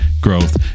growth